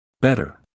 Better